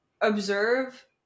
observe